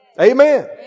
Amen